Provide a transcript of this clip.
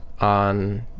on